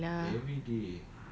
alhamdulillah